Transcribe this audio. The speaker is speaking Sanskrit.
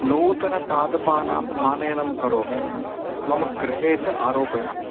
नूतनपादपानाम् आनयनं करोमि मम गृहे च आरोपयामि